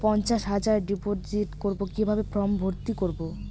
পঞ্চাশ হাজার ডিপোজিট করবো কিভাবে ফর্ম ভর্তি করবো?